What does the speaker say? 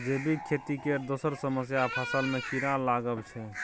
जैबिक खेती केर दोसर समस्या फसल मे कीरा लागब छै